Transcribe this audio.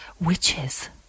Witches